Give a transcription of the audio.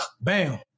Bam